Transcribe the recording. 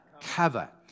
cover